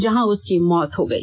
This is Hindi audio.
जहां उसकी मौत हो गई